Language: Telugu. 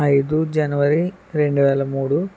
ఐదు జనవరి రెండువేల మూడు